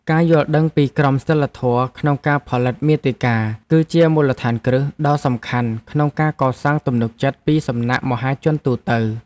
ការយល់ដឹងពីក្រមសីលធម៌ក្នុងការផលិតមាតិកា គឺជាមូលដ្ឋានគ្រឹះដ៏សំខាន់ក្នុងការកសាងទំនុកចិត្តពីសំណាក់មហាជនទូទៅ។